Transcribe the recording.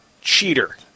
Cheater